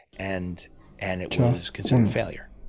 and and it was considered a failure,